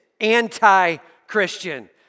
anti-Christian